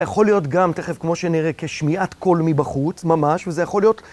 יכול להיות גם תכף, כמו שנראה, כשמיעת קול מבחוץ, ממש, וזה יכול להיות...